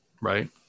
right